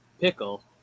pickle